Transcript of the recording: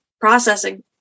processing